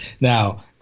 Now